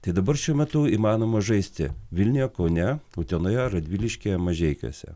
tai dabar šiuo metu įmanoma žaisti vilniuje kaune utenoje radviliškyje mažeikiuose